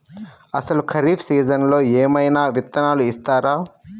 అసలు ఖరీఫ్ సీజన్లో ఏమయినా విత్తనాలు ఇస్తారా?